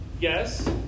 yes